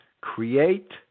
create